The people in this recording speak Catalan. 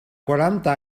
quaranta